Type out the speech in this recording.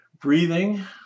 Breathing